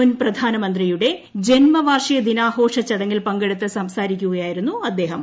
മുൻ പ്രധാനമന്ത്രുയുടെ ജൻമ വാർഷിക ദിനാഘോഷ ചടങ്ങിൽ പങ്കെടുത്ത് സംസാരിക്കുക്യായിരുന്നു അദ്ദേഹം